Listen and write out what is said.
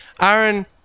Aaron